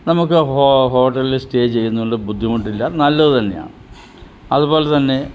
നമുക്ക് ഹോട്ടലിൽ സ്റ്റേ ചെയ്യുന്നത് കൊണ്ട് ബുദ്ധിമുട്ടില്ല നല്ലത് തന്നെയാണ് അതുപോലെ തന്നെ